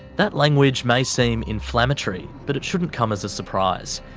that language may seem inflammatory but it shouldn't come as a surprise.